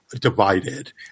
divided